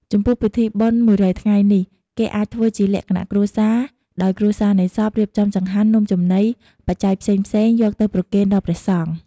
ចំពោះពិធីបុណ្យមួយរយថ្ងៃនេះដែរ គេអាចធ្វើជាលក្ខណៈគ្រួសារ ដោយគ្រួសារនៃសពរៀបចំ ចង្ហាន់ នំចំណី បច្ច័យផ្សេងៗ យកទៅប្រគេនដល់ព្រះសង្ឃ។